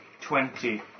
twenty